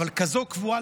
אבל כזאת קבורה,